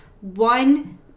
One